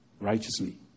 righteously